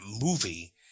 movie